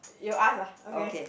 you ask lah okay